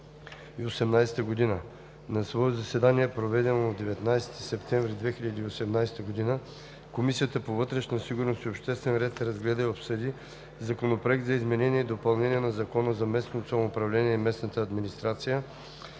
На свое заседание, проведено на 19 септември 2018 г., Комисията по вътрешна сигурност и обществен ред разгледа и обсъди Законопроект за изменение и допълнение на Закона за местното самоуправление и местната администрация,